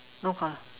no collar